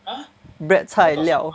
bread 菜料